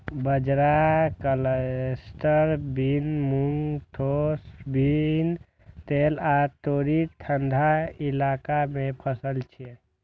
बाजरा, cluster bean, मूंग, मोठ बीन, तिल आ तोरी ठंढा इलाका के फसल छियै